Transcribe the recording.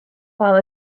while